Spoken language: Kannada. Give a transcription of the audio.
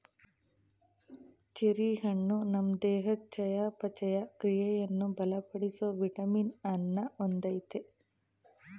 ಚೆರಿ ಹಣ್ಣು ನಮ್ ದೇಹದ್ ಚಯಾಪಚಯ ಕ್ರಿಯೆಯನ್ನು ಬಲಪಡಿಸೋ ವಿಟಮಿನ್ ಅನ್ನ ಹೊಂದಯ್ತೆ